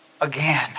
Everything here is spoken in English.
again